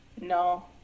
No